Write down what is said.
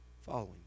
following